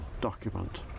document